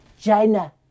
China